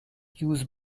use